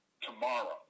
tomorrow